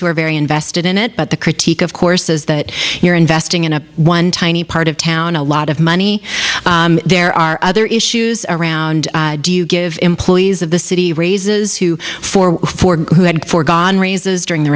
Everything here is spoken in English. who are very invested in it but the critique of course is that you're investing in a one tiny part of town a lot of money there are other issues around do you give employees of the city raises who for ford who had forgone raises during the